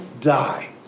die